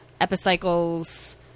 epicycles